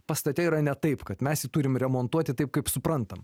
pastate yra ne taip kad mes jį turim remontuoti taip kaip suprantam